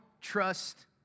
trust